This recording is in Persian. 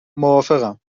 موافقم